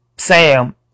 Sam